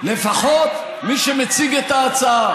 לפחות מי שמציג את ההצעה.